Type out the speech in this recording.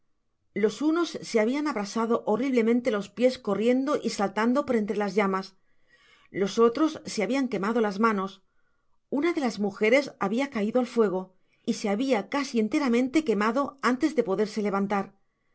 los unos se habian abrasado horriblemente los pies corriendo y saltando por entre las llamas los otros se habian quemado las manos una de las mujeres habia caido al fuego y se habia casi enteramente quemado antes de poderse levantar